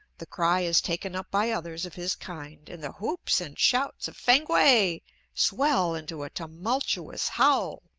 the cry is taken up by others of his kind, and the whoops and shouts of fankwae swell into a tumultuous howl.